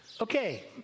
Okay